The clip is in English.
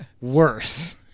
worse